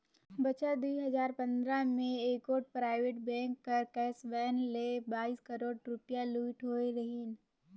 बछर दुई हजार पंदरा में एगोट पराइबेट बेंक कर कैस वैन ले बाइस करोड़ रूपिया लूइट होई रहिन